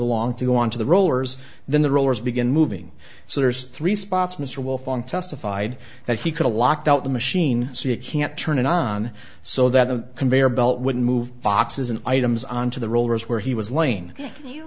along to go onto the rollers then the rollers begin moving so there's three spots mr wolf on testified that he could a locked out the machine so you can't turn it on so that the conveyor belt would move boxes and items onto the rollers where he was laying you